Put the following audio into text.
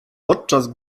podczas